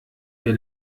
wir